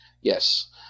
Yes